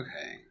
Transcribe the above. Okay